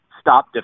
stop